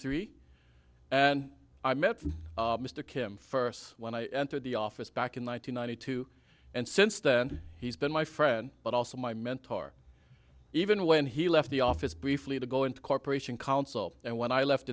three and i met mr kim first when i entered the office back in one thousand nine hundred two and since then he's been my friend but also my mentor even when he left the office briefly to go into corporation counsel and when i left